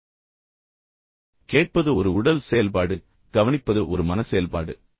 கேட்பது நீங்கள் அதைப் பார்த்தால் அது அடிப்படையில் ஒரு உடல் செயல்பாடு அதேசமயம் கவனிப்பது ஒரு மன செயல்பாடு